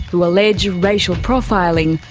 who allege racial profiling,